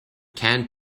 canned